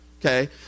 Okay